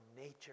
nature